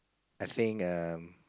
I think um